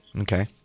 Okay